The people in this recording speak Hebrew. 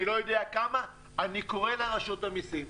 אני קורא לרשות המסים.